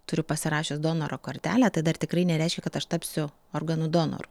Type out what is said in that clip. turiu pasirašius donoro kortelę tai dar tikrai nereiškia kad aš tapsiu organų donoru